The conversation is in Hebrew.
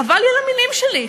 חבל לי על המילים שלי,